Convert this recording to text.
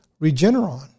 Regeneron